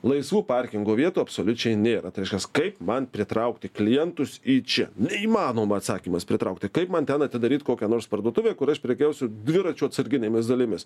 laisvų parkingo vietų absoliučiai nėra tai reiškias kaip man pritraukti klientus į čia neįmanoma atsakymas pritraukti kaip man ten atidaryt kokia nors parduotuvę kur aš prekiausiu dviračių atsarginėmis dalimis